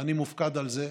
ואני מופקד על זה.